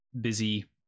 busy